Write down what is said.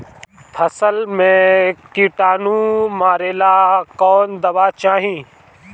फसल में किटानु मारेला कौन दावा चाही?